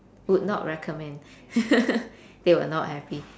would not recommend they were not happy